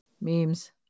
Memes